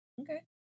Okay